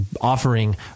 offering